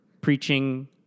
preaching